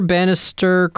Bannister